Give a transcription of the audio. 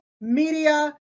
media